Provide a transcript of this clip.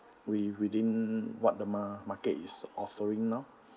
wi~ within what the mar~ market is offering now